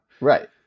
Right